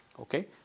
Okay